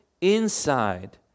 inside